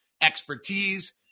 expertise